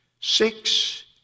six